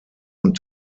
und